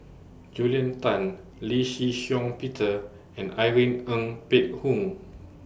Julia Tan Lee Shih Shiong Peter and Irene Ng Phek Hoong